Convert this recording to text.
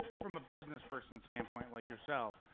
from a businessperson standpoint, like yourself,